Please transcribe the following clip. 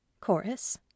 chorus